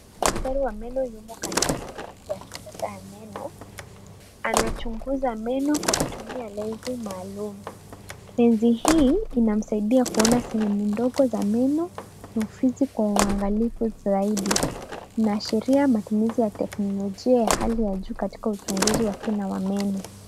Daktari wa meno yumo katika hospitali ya kisasa ya meno. Anachunguza meno kwa kutumia lensi maalum. Lensi hii inamsaidia kuona sehemu ndogo za meno na ufizi kwa uangalifu zaidi. Inaashiria matumizi ya teknolojia ya hali ya juu katika uchunguzi wa kina wa meno.